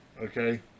Okay